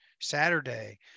Saturday